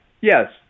Yes